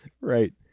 Right